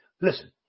listen